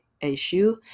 issue